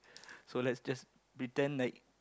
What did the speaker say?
so let's just pretend like